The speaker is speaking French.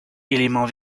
élément